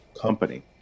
company